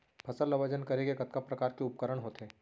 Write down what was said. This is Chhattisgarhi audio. फसल ला वजन करे के कतका प्रकार के उपकरण होथे?